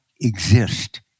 exist